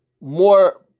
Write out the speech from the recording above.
more